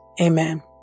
Amen